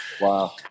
Wow